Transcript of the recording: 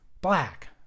black